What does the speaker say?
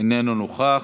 איננו נוכח.